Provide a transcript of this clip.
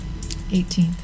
18th